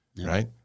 right